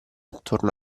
attorno